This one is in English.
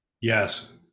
yes